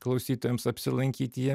klausytojams apsilankyti jam